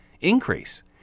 increase